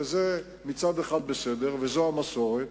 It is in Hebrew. וזה מצד אחד בסדר וזו המסורת,